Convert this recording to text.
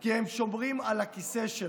כי הם שומרים על הכיסא שלהם,